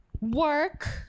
work